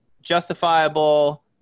justifiable